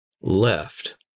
left